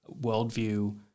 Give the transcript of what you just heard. worldview